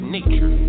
nature